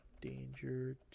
Danger